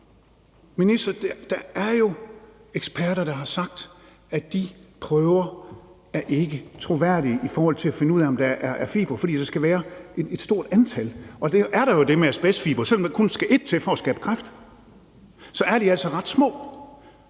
Minister, der er jo eksperter, der har sagt, at de prøver ikke er troværdige i forhold til at finde ud af, om der er fibre, fordi der skal være et stort antal. Der er jo det med asbestfibre, at selv om der kun skal ét til for at skabe kræft, er de altså ret små.